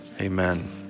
amen